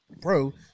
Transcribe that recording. pro